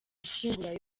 gushyingura